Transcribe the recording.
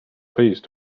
please